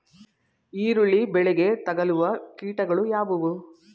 ಈರುಳ್ಳಿ ಬೆಳೆಗೆ ತಗಲುವ ಕೀಟಗಳು ಯಾವುವು?